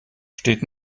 steht